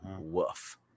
Woof